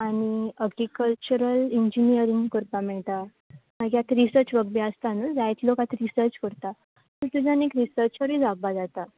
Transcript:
आनी horticultural engineering करपा मेळटा मागीर आतां रिसर्च वर्क बी आसता न्हू जायत लोक आतां रिसर्च करता तेतूंतल्यान एक रिसर्चरय जावपा जाता